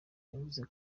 yavuze